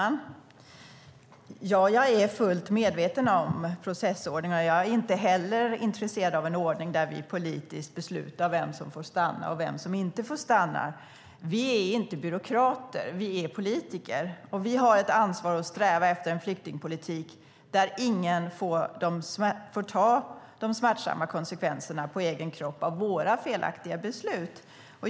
Fru talman! Jag är fullt medveten om processordningen. Och jag är inte heller intresserad av en ordning där vi politiskt beslutar vem som får stanna och vem som inte får stanna. Vi är inte byråkrater, vi är politiker, och vi har ett ansvar att sträva efter en flyktingpolitik där ingen får ta de smärtsamma konsekvenserna på egen kropp av våra felaktiga beslut.